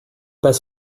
pas